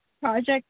Project